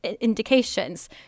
indications